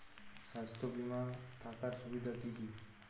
স্বাস্থ্য বিমা থাকার সুবিধা কী কী?